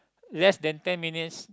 less than ten minutes